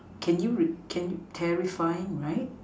can you re can you terrifying right